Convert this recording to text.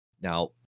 Now